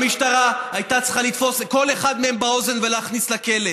המשטרה הייתה צריכה לתפוס כל אחד מהם באוזן ולהכניס לכלא.